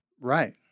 Right